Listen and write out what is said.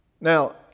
Now